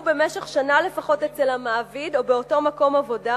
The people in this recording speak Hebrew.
במשך שנה לפחות אצל המעביד או באותו מקום עבודה,